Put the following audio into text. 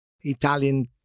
Italian